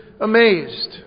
amazed